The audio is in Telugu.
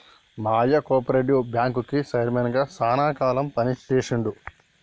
మా అయ్య కోపరేటివ్ బ్యాంకుకి చైర్మన్ గా శానా కాలం పని చేశిండు